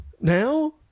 Now